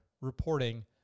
reporting